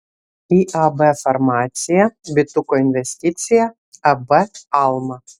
iab farmacija bituko investicija ab alma